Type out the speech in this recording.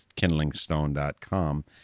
kindlingstone.com